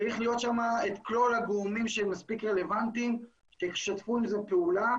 צריך להיות שם את כלל הגורמים שהם מספיק רלוונטיים שישתפו את זה פעולה